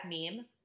meme